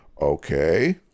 Okay